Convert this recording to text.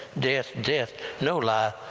death, death, no life,